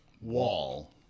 Wall